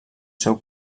seu